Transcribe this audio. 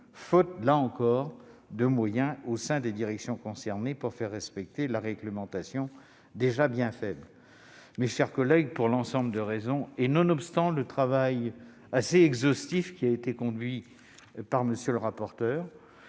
faute là encore de moyens au sein des directions concernées pour faire respecter une réglementation déjà bien faible. Mes chers collègues, pour l'ensemble de ces raisons, et nonobstant le travail assez exhaustif conduit par M. le rapporteur,